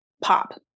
pop